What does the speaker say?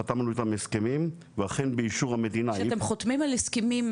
חתמנו איתם על הסכמים ואכן באישור המדינה -- שאתם חותמים על הסכמים,